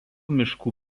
miškų